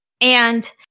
And-